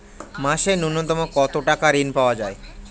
মাসে নূন্যতম কত টাকা ঋণ পাওয়া য়ায়?